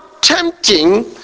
tempting